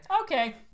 Okay